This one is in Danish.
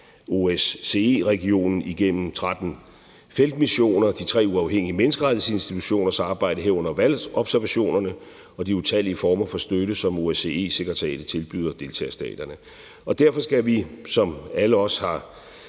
OSCE-regionen igennem 13 feltmissioner, de tre uafhængige menneskerettighedsinstitutioners arbejde, herunder valgobservationerne, og de utallige former for støtte, som OSCE-sekretariatet tilbyder deltagerstaterne. Derfor skal vi, som vi alle har